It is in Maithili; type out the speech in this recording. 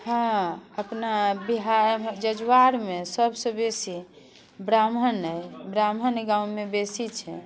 हँ अपना बिहार जजुआरमे सभसँ बेसी ब्राह्मण अइ ब्राह्मण अइ गाममे बेसी छै